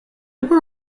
were